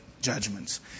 Judgments